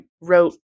wrote